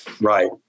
Right